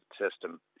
system